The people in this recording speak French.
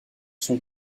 son